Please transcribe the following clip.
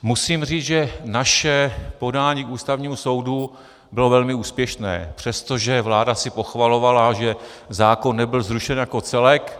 Musím říct, že naše podání k Ústavnímu soudu bylo velmi úspěšné, přestože vláda si pochvalovala, že zákon nebyl zrušen jako celek.